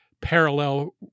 parallel